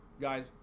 Guys